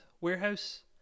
Warehouse